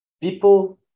people